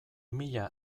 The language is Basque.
mila